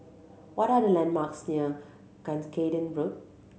what are the landmarks near Cuscaden Road